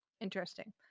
Interesting